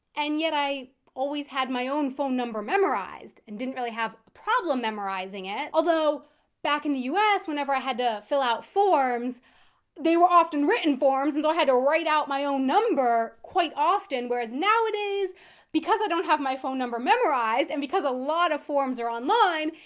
and yet, i always had my own phone number memorized. and i didn't really have a problem memorizing it. although back in the u s. whenever i had to fill out forms they were often written forms, and so i had to write out my own number quite often, whereas nowadays because i don't have my phone number memorized and because a lot of forms are online,